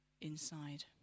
inside